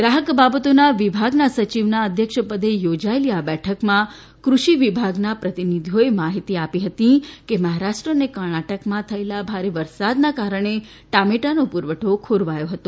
ગ્રાહક બાબતોના વિભાગના સચિવના અધ્યક્ષપદેયોજાયેલી આ બેઠકમાં ક઼ષિ વિભાગના પ્રતિનિધિઓએ માહિતી આપી હતી કે મહારાષ્ટ્ર અને કર્ણાટકમાં થયેલા ભારે વરસાદના કારણે ટામેટાનો પુરવઠો ખોરવાયો હતો